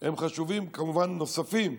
הם חשובים, כמובן נוספים,